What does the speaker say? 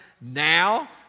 now